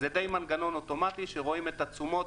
זה מנגנון די אוטומטי שרואים בו את התשומות,